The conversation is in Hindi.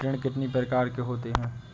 ऋण कितनी प्रकार के होते हैं?